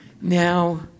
now